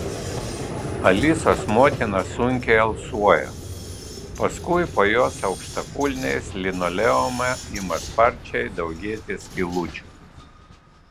alisos motina sunkiai alsuoja paskui po jos aukštakulniais linoleume ima sparčiai daugėti skylučių